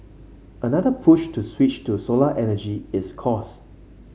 another push to switch to solar energy is cost